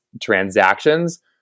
transactions